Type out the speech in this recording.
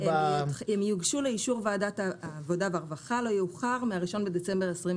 -- הם יוגשו לאישור ועדת העבודה והרווחה לא יאוחר מה-1.12.2014,